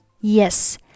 Yes